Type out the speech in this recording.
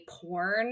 porn